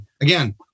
Again